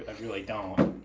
ah really don't.